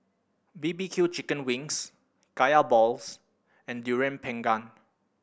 B B Q chicken wings Kaya balls and Durian Pengat